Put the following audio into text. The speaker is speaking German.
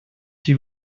die